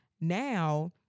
now